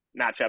matchup